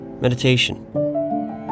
Meditation